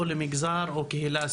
למגזר או קהילה ספציפית,